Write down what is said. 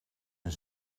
een